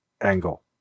angle